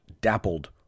dappled